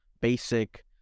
basic